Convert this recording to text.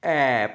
app